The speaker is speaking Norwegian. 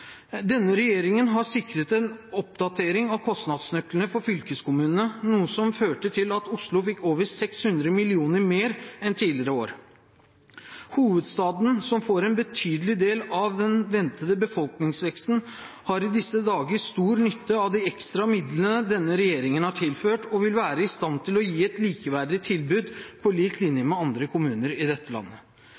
Denne regjeringen har sikret en oppdatering av kostnadsnøklene for fylkeskommunene, noe som førte til at Oslo fikk over 600 mill. kr mer enn tidligere år. Hovedstaden, som får en betydelig del av den ventede befolkningsveksten, har i disse dager stor nytte av de ekstra midlene denne regjeringen har tilført, og vil være i stand til å gi et likeverdig tilbud på lik linje med andre kommuner i dette landet.